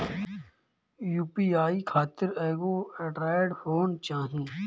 UPI खातिर एगो android phone चाही